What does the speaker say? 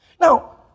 Now